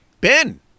Ben